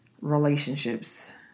relationships